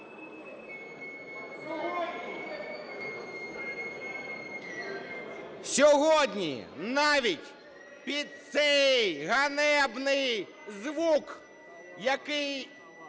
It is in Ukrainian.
Сьогодні навіть під цей ганебний звук, який